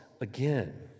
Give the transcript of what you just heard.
again